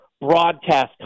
broadcast